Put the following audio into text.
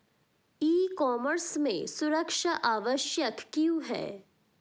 ई commerce में सुरक्षा आवश्यक क्यों है?